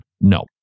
No